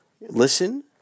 listen